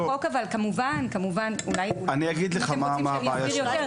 אני אגיד לך מה הבעיה שלנו.